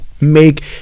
make